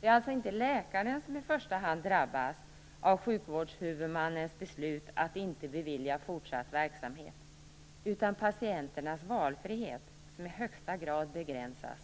Det är alltså inte läkaren som i första hand drabbas av sjukvårdshuvudmannens beslut att inte bevilja fortsatt verksamhet, utan det är patienternas valfrihet som i högsta grad begränsas